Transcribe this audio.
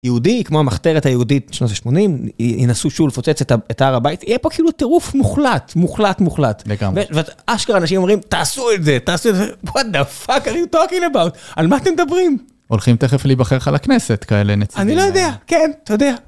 יהודי, כמו המחתרת היהודית בשנות ה-80', ינסו שוב לפוצץ את הר הבית, יהיה פה כאילו טירוף מוחלט, מוחלט מוחלט. לגמרי. ואשכרה אנשים אומרים, תעשו את זה, תעשו את זה, what the fuck are you talking about? על מה אתם מדברים? הולכים תכף להיבחר לך לכנסת, כאלה נציגים. אני לא יודע, כן, אתה יודע.